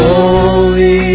Holy